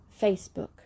Facebook